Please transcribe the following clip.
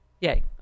Yay